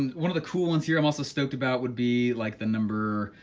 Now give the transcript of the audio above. one of the cool ones here i'm also stoked about would be like the number,